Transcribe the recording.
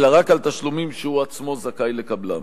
אלא רק על תשלומים שהוא עצמו זכאי לקבלם.